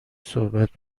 صحبت